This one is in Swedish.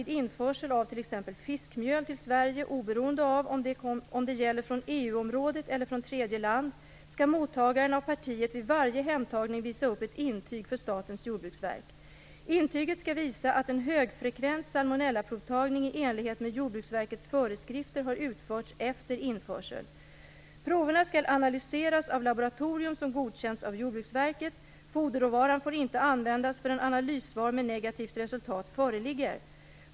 fiskmjöl till Sverige, oberoende av om det gäller från EU-området eller från tredje land, skall mottagaren av partiet vid varje hemtagning visa upp ett intyg för Statens jordbruksverk. Intyget skall visa att en högfrekvent salmonellaprovtagning i enlighet med Jordbruksverkets föreskrifter har utförts efter införsel. Proverna skall analyseras av laboratorium som godkänts av Jordbruksverket. Foderråvaran får inte användas förrän analyssvar med negativt resultat föreligger.